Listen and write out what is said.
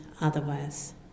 otherwise